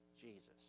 Jesus